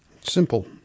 Simple